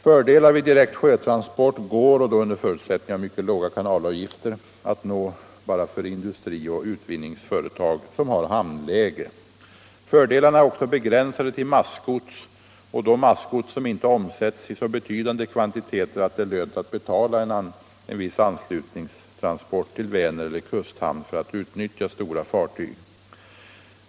Fördelar vid direkt sjötransport går — och då under förutsättning av mycket låga kanalavgifter — att nå bara för industrioch utvinningsföretag i hamnläge. Fördelarna är vidare begränsade till massgods, och då massgods som inte omsätts i så betydande kvantiteter att det är lönt att betala en viss anslutningstransport till Vänereller kusthamn för att utnyttja stora fartyg.